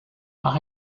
par